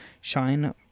shine